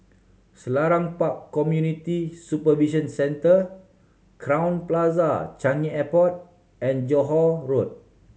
Selarang Park Community Supervision Centre Crowne Plaza Changi Airport and Johore Road